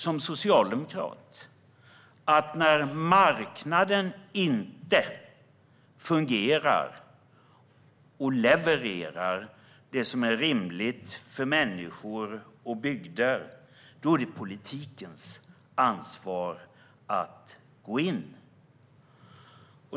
Som socialdemokrat tycker jag att när marknaden inte fungerar och levererar det som är rimligt för människor och bygder är det politikens ansvar att gå in.